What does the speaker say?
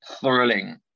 thrilling